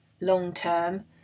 long-term